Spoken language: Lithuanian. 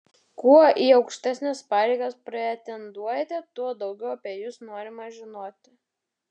kuo į aukštesnes pareigas pretenduojate tuo daugiau apie jus norima žinoti